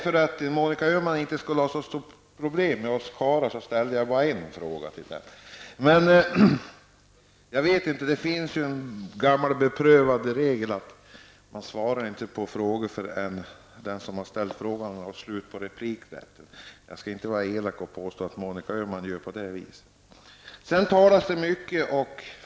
För att Monica Öhman inte skulle ha så stora problem med oss karlar ställde jag bara en fråga till henne. Det är en gammal beprövad metod att man inte svarar på frågor förrän den som har ställt frågan har slut på replikrätten, men jag skall inte vara elak och påstå att Monica Öhman gör på det viset.